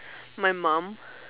my mum